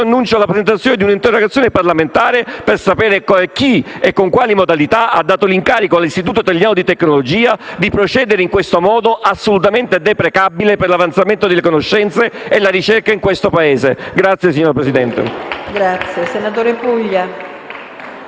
Preannuncio la presentazione di una interrogazione parlamentare per sapere chi e con quali modalità ha dato incarico all'Istituto italiano di tecnologia di procedere in questo modo, assolutamente deprecabile, per l'avanzamento delle conoscenze e la ricerca in questo Paese. *(Applausi